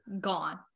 gone